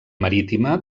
marítima